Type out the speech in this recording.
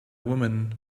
woman